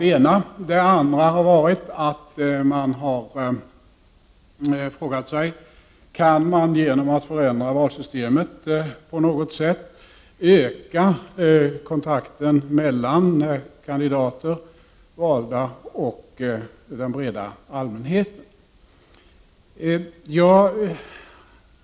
Den andra har varit att man har frågat sig: Kan man genom att förändra valsystemet på något sätt öka kontakten mellan kandidater, valda och den breda allmänheten?